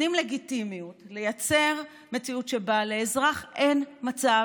נותנים לגיטימיות לייצר מציאות שבה לאזרח אין מצב,